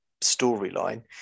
storyline